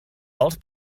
als